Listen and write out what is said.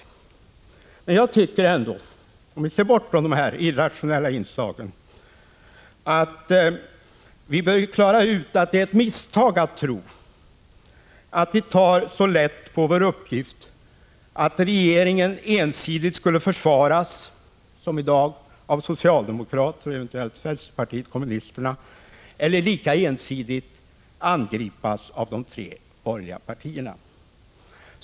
Om man ser bort från de här irrationella inslagen, bör man ändå klara ut att det är ett misstag att tro att vi tar så lätt på vår uppgift att regeringen ensidigt skulle försvaras av socialdemokrater och eventuellt vänsterpartiet kommunisterna eller lika ensidigt angripas av de tre borgerliga partierna.